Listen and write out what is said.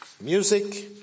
music